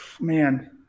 man